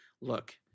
look